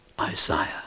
Isaiah